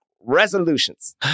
Resolutions